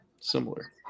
Similar